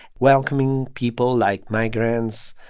welcoming people like migrants,